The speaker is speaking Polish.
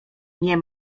nie